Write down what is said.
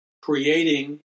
creating